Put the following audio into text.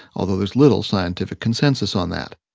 although there's little scientific consensus on that.